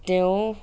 তেওঁ